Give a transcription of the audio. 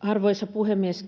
Arvoisa puhemies!